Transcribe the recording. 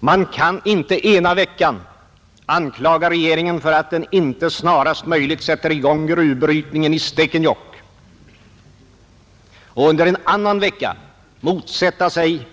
Man kan inte ena veckan anklaga regeringen för att den inte snarast möjligt sätter i gång gruvbrytningen i Stekenjokk och under en annan vecka motsätta sig